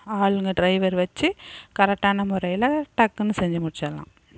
ஆளுங்க டிரைவர் வச்சு கரெக்டான முறையில டக்குனு செஞ்சு முடிச்சிடலாம்